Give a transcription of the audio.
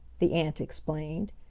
the aunt explained.